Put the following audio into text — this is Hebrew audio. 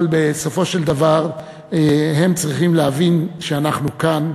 אבל בסופו של דבר הם צריכים להבין שאנחנו כאן,